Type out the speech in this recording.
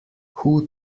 who